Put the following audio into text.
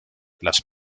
las